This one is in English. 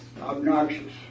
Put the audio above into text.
obnoxious